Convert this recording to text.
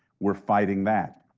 we're fighting that.